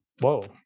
whoa